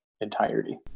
entirety